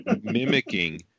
mimicking